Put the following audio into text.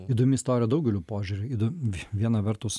įdomi istorija daugeliu požiūrių įdo v viena vertus